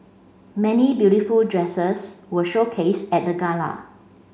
many beautiful dresses were showcased at the gala